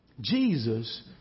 Jesus